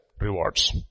rewards